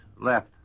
left